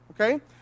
okay